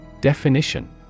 Definition